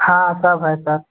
हाँ सब है सर